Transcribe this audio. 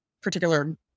particular